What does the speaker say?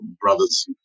brothers